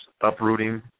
uprooting